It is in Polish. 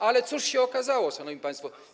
Ale cóż się okazało, szanowni państwo?